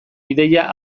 ideia